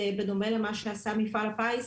בדומה למה שעשה מפעל הפיס,